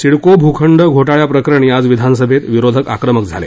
सिडको भूखंड घोटाळयाप्रकरणी आज विधानसभेत विरोधक आक्रमक झाले